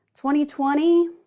2020